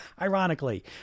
ironically